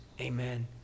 amen